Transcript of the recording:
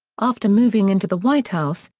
after moving into the white house,